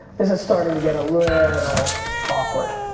this is starting to get a little awkward.